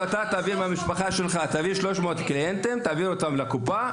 הרשימה הערבית המאוחדת): תביא מהמשפחה שלך 300 קליינטים לקופה,